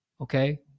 Okay